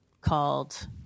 called